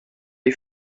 les